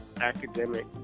academic